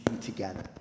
together